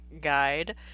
guide